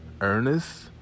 Ernest